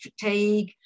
fatigue